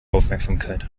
aufmerksamkeit